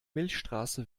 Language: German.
milchstraße